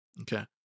okay